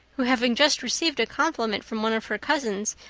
who having just received a compliment from one of her cousins,